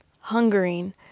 hungering